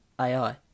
AI